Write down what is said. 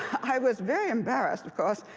i was very embarrassed, of course,